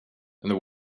and